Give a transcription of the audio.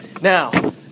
Now